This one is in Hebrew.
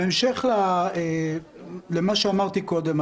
בהמשך למה שאמרתי קודם,